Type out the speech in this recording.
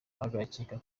agakeka